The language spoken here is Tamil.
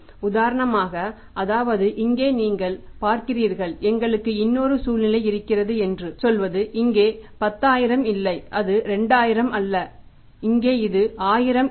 உதாரணமாக அதாவது இங்கே நீங்கள் பார்க்கிறீர்கள் எங்களுக்கு இன்னொரு சூழ்நிலை இருக்கிறது என்று சொல்வது இங்கே 10000 இல்லை அது 2000 அல்ல இது இங்கே 1000 இல்லை